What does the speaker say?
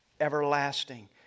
everlasting